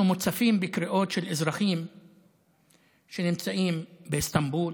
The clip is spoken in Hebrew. אנחנו מוצפים בקריאות של אזרחים שנמצאים באיסטנבול,